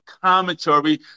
commentary